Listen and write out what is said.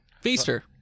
Feaster